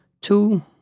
two